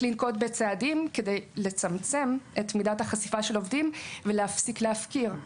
לנקוט בצעדים כדי לצמצם את מידת החשיפה של עובדים ולהפסיק להפקיר.